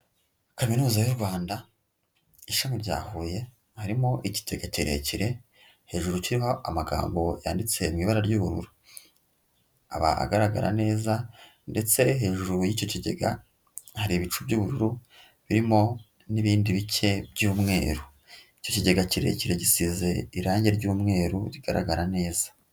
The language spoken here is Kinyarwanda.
Kaminuza y'u Rwanda ishami rya Huye harimo ikigega kirekire hejuru kiriho amagambo yanditse mu ibara ry'ubururu, aba agaragara neza ndetse hejuru y'icyo kigega hari ibicu by'ubururu birimo n'ibindi bice by'umweru, icyo kigega kirekire gisize irangi ry'umweru rigaragara neza.